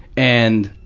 and,